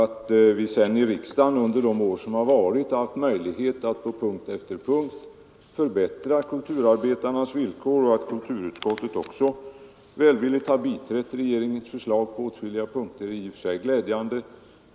Torsdagen den Att vi i riksdagen under de år som varit haft möjlighet att på punkt 28 november 1974 efter punkt förbättra kulturarbetarnas villkor och att kulturutskottet också välvilligt biträtt regeringens förslag på åtskilliga punkter är i och för sig — Jämställdhet glädjande.